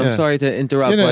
sorry to interrupt,